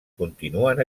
continuen